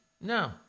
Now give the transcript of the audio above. no